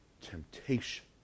Temptation